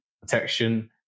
protection